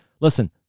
Listen